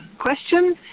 question